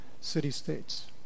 city-states